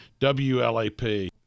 WLAP